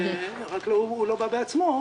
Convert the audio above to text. רק הוא לא בא בעצמו --- סליחה,